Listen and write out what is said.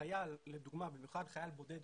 חייל בודד,